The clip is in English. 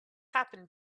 happened